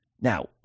Now